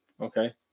Okay